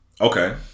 Okay